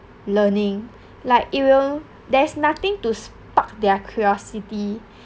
learning like it will there's nothing to spark their curiosity